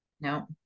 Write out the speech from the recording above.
No